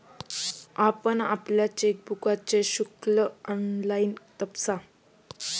आपण आपल्या चेकबुकचे शुल्क ऑनलाइन तपासा